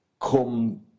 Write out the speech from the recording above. come